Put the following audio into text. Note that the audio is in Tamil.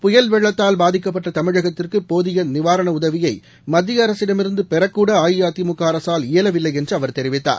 புயல் வெள்ளத்தால் பாதிக்கப்பட்டதமிழகத்திற்குபோதியநிவாரணஉதவியைமத்தியஅரசிடமிருந்துபெறக்கூடஅஇஅதிமுகஅரசால் இயலவில்லைஎன்றுஅவர் தெரிவித்தார்